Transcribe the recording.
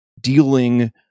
dealing